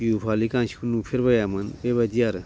बिहु फालि गांसेखौनो नुफेरबायामोन बेबायदि आरो